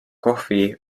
kohvi